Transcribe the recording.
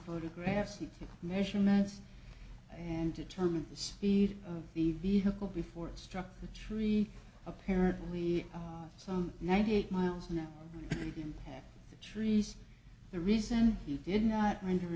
photographs measurements and determine the speed of the vehicle before it struck the tree apparently some ninety eight miles an hour in the trees the reason he did not render